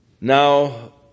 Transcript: Now